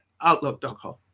outlook.com